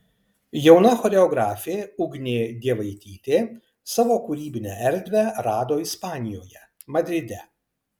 jauna choreografė ugnė dievaitytė savo kūrybinę erdvę rado ispanijoje madride